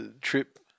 trip